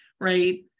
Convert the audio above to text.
right